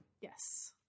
Yes